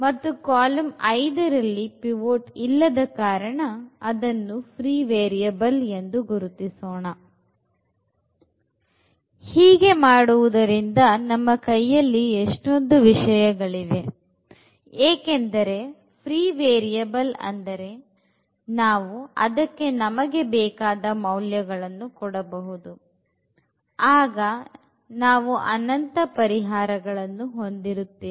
ಮತ್ತು ಕಾಲಮ್ ಐದರಲ್ಲಿ pivot ಇಲ್ಲದ ಕಾರಣ ಅದನ್ನು free variable ಎಂದು ಗುರುತಿಸೋಣ ಹೀಗೆ ಮಾಡುವುದರಿಂದ ನಮ್ಮ ಕೈಯಲ್ಲಿ ಎಷ್ಟೊಂದು ವಿಷಯಗಳು ಇವೆ ಏಕೆಂದರೆ free variable ಅಂದರೆ ನಾವು ಅದಕ್ಕೆ ನಮಗೆ ಬೇಕಾದ ಮೌಲ್ಯಗಳನ್ನು ಕೊಡಬಹುದು ಆಗ ನಾವು ಅನಂತ ಪರಿಹಾರಗಳನ್ನು ಹೊಂದಿರುತ್ತೇವೆ